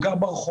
הוא גר ברחוב.